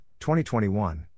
2021